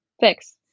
fix